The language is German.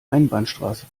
einbahnstraße